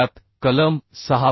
त्यात कलम 6